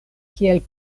kiel